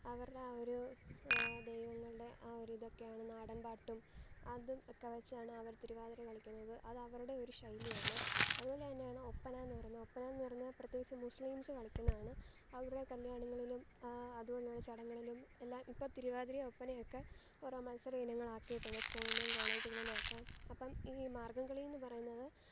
അവരുടെ ആ ഒരു ദൈവങ്ങളുടെ ആ ഒരു ഇതൊക്കെയാണ് നാടൻപാട്ടും അതും ഒക്കെ വച്ചാണ് അവർ തിരുവാതിര കളിക്കുന്നത് അത് അവരുടെ ഒരു ശൈലിയാണ് അതുപോലെ തന്നെയാണ് ഒപ്പനയെന്ന് പറയുന്നത് ഒപ്പന എന്നു പറയുന്നത് പ്രത്യേകിച്ചും മുസ്ലിംസ് കളിക്കുന്നതാണ് അവരുടെ കല്യാണങ്ങളിലും അതുപോലെ തന്നെ ചടങ്ങുകളിലും എല്ലാം ഇപ്പോൾ തിരുവാതിരയും ഒപ്പനയും ഒക്കെ ഓരോ മത്സര ഇനങ്ങളാക്കിയിട്ടുണ്ട് സ്കൂളിലും കോളേജുകളിലും ഒക്കെ അപ്പം ഈ മാർഗ്ഗം കളിയെന്ന് പറയുന്നത്